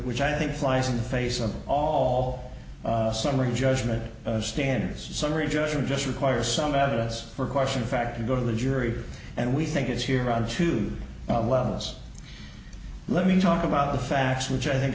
which i think flies in the face of all summary judgment standards summary judgment just require some evidence or question fact to go to the jury and we think it's here on two levels let me talk about the facts which i think